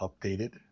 updated